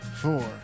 four